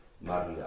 Maria